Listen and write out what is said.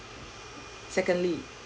secondly